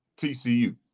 TCU